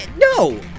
No